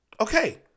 Okay